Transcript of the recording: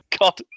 god